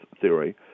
theory